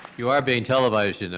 you are being televised you and